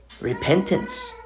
Repentance